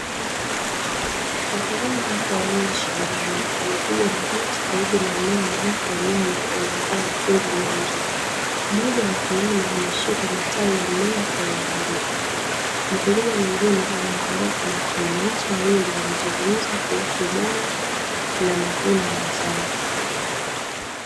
Wakulima wapo wawili shambani wamepiga magoti karibu na mmea mrefu wa nyanya uliozaa matunda mengi, mmoja ya wakulima ameshika mazao ya mmea kwa uangalifu, mkulima mwingine anaangalia kwa makini. Wote wawili wanazungumza kuhusu ubora na mavuno ya mazao.